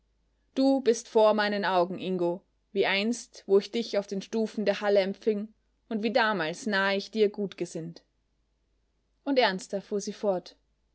du bist vor meinen augen ingo wie einst wo ich dich auf den stufen der halle empfing und wie damals nahe ich dir gutgesinnt und ernster fuhr sie fort